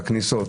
את הכניסות.